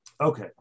Okay